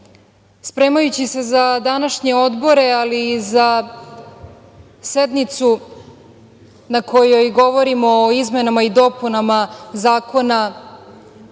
srpsko. Spremajući se za današnje odbore, ali i za sednicu na kojoj govorimo o izmenama i dopunama Zakona